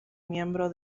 miembro